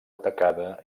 atacada